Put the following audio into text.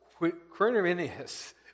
Quirinius